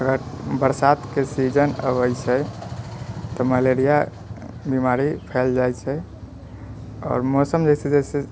अगर बरसातके सीजन अबै छै तऽ मलेरिया बीमारी फैलि जाइ छै आओर मौसम जैसे जैसे